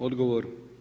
Odgovor.